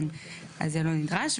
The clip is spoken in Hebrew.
אז זה לא נדרש.